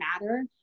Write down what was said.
matter